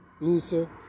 looser